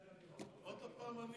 עוד פעם אני